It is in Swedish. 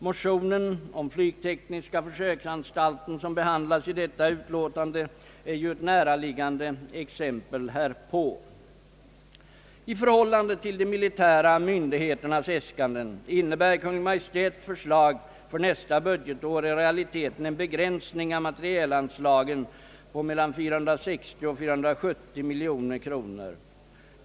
Motionen om flygtekniska försöksanstalten, som behandlas i detta utlåtande, är ju ett näraliggande exempel härpå. I förhållande till de militära myndigheternas äskanden innebär Kungl. Maj:ts förslag för nästa budgetår i realiteten en begränsning av materielanslagen på mellan 460 och 470 miljoner kronor.